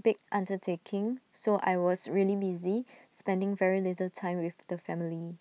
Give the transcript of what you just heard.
big undertaking so I was really busy spending very little time with the family